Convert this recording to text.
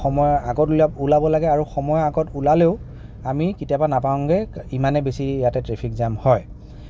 সময়ৰ আগত ওলা ওলাব লাগে আৰু সময়ৰ আগত ওলালেও আমি কেতিয়াবা নাপাওঁগৈ ইমানেই বেছি ইয়াতে ট্ৰেফিক জাম হয়